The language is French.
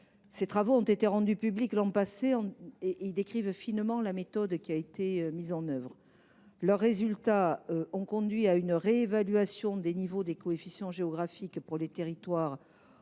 Ces travaux ont été rendus publics l’an dernier. Ils décrivent finement la méthode utilisée. Leurs résultats ont conduit à une réévaluation des niveaux des coefficients géographiques pour les territoires